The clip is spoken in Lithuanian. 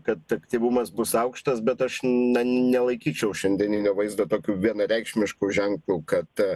kad aktyvumas bus aukštas bet aš na nelaikyčiau šiandieninio vaizdo tokiu vienareikšmišku ženklu kad